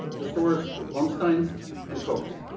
the stores were blumstein's and cokes.